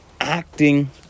acting